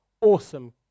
awesome